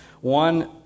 One